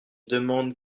demande